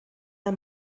der